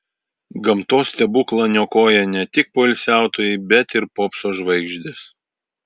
gamtos stebuklą niokoja ne tik poilsiautojai bet ir popso žvaigždės